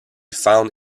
found